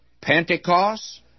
Pentecost